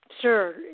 Sure